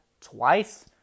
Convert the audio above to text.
twice